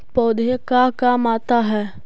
पौधे का काम आता है?